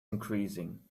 increasing